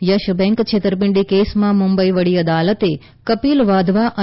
yes bank છેતરપિંડી કેસમાં મુંબઈ વડી અદાલતે કપિલ વાધવા અને